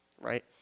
right